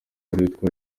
witwa